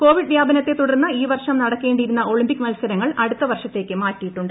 Covid വ്യാപനത്തെ തുടർന്ന് ഈ വർഷം നടക്കേിയിരുന്ന ഒളിംപിക് മത്സരങ്ങൾ അടുത്ത വർഷത്തേക്ക് മാറ്റിയിട്ടുണ്ട്